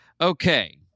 Okay